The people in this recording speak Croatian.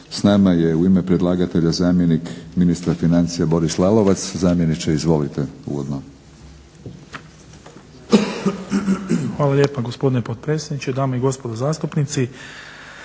S nama je u ime predlagatelja zamjenik ministra financija Boris Lalovac. Zamjeniče izvolite uvodno. **Lalovac, Boris** Hvala lijepa gospodine potpredsjedniče, dame i gospodo zastupnici.